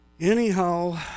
Anyhow